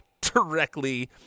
directly